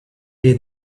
day